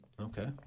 Okay